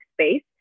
space